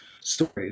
stories